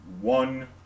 one